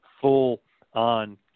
full-on